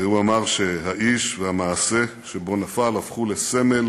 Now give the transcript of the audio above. והוא אמר: האיש והמעשה שבו נפל, הפכו לסמל